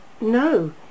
no